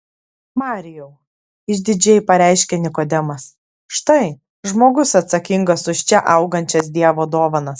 marijau išdidžiai pareiškė nikodemas štai žmogus atsakingas už čia augančias dievo dovanas